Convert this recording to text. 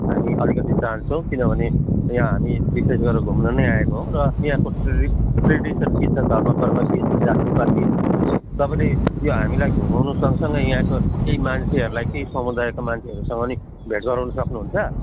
हामी अलिकति चाहन्छौँ किनभने यहाँ हामी विशेष गरेर घुम्नु नै आएको हो र यहाँको ट्रेडि ट्रेडिसन के छ धर्म कर्म के छ जातिपाती यसो तपाईँले यो हामीलाई घुमाउनु सँगसँगै यहाँको केही मान्छेहरूलाई केही समुदायको मान्छेहरूसँग नि भेट गराउनु सक्नुहुन्छ